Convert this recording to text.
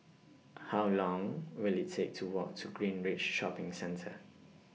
How Long Will IT Take to Walk to Greenridge Shopping Centre